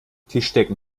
tischdecken